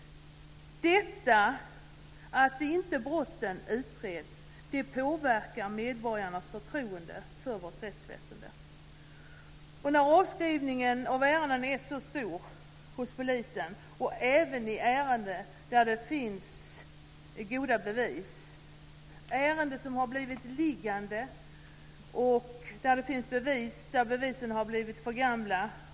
Att brotten inte utreds påverkar medborgarnas förtroende för vårt rättsväsende. Avskrivningen av ärenden är stor hos polisen även i fråga om ärenden där det finns goda bevis, ärenden som har blivit liggande och där bevisen har blivit för gamla.